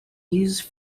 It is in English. used